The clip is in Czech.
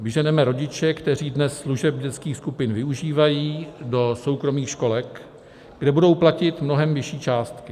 Vyženeme rodiče, kteří dnes služeb dětských skupin využívají, do soukromých školek, kde budou platit mnohem vyšší částky.